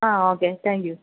ആ okay thank you